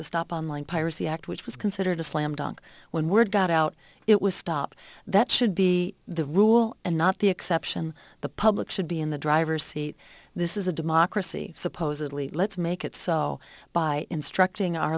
the stop online piracy act which was considered a slam dunk when word got out it was stopped that should be the rule and not the exception the public should be in the driver's seat this is a democracy supposedly let's make it so by instructing our